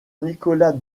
nicolas